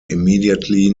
immediately